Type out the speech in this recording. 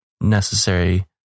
necessary